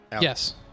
Yes